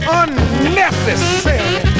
unnecessary